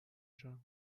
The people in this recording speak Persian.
جون